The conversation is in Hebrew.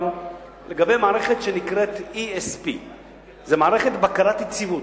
לגבי מערכת שנקראת ESP. זאת מערכת בקרת יציבות,